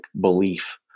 belief